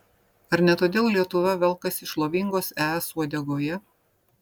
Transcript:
ar ne todėl lietuva velkasi šlovingos es uodegoje